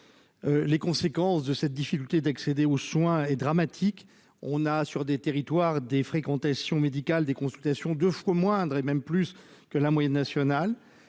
Les conséquences de cette difficulté d'accéder aux soins et dramatique. On a sur des territoires des fréquentations médical des consultations deux fois moindre, et même plus que la moyenne nationale.